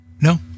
No